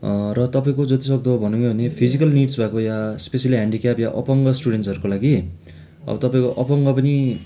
र तपाईँको जति सक्दो भनौँ नै भने फिजिकल निड्ज भएको या स्पेसली हेन्डिक्याप या अपाङ्ग स्टुडेन्ट्सहरूको लागि अब तपाईँको अपाङ्ग पनि